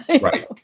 Right